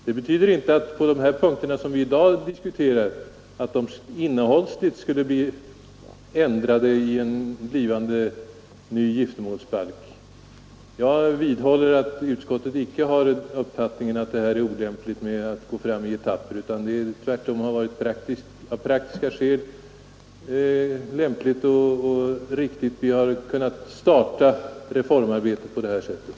Det betyder naturligtvis inte att de punkter som vi i dag diskuterar innehållsligt skulle bli ändrade i en kommande ny giftermålsbalk Jag vidhåller att utskottets majoritet icke har uppfattningen att det är olämpligt att gå fram i etapper, utan vi anser det tvärtom av praktiska skäl lämpligt och riktigt. På detta sätt har vi nu kunnat starta reformarbetet i form av lagstiftning.